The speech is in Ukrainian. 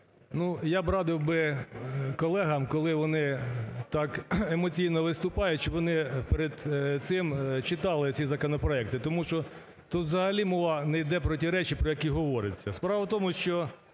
Я б радив колегам, коли вони так емоційно виступають, щоб вони перед цим читали ці законопроекти, тому що тут взагалі мова не йде про ті речі, про які говориться.